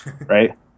right